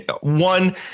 One